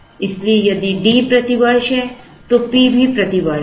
इसलिए यदि D प्रति वर्ष है तो P भी प्रति वर्ष है